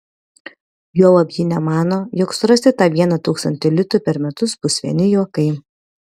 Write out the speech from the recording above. juolab ji nemano jog surasti tą vieną tūkstantį litų per metus bus vieni juokai